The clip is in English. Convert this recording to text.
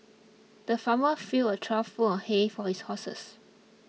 the farmer filled a trough full of hay for his horses